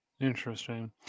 Interesting